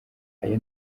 ayo